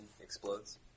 Explodes